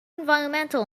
environmental